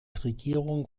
regierung